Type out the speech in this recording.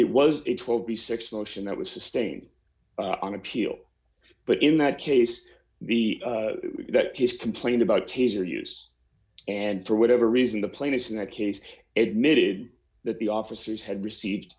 it was it will be six motion that was sustained on appeal but in that case the that case complained about taser use and for whatever reason the plaintiffs in that case admittedly that the officers had received